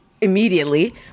immediately